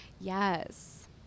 yes